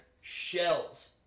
Shell's